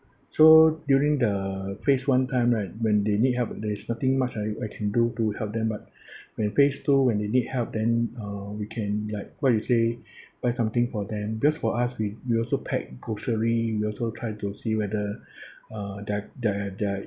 so during the phase one time right when they need help there is nothing much I I can do to help them but when phase when they need help then uh we can like what you say buy something for them because for us we we also pack grocery we also tried to see whether uh they're they're they're